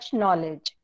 knowledge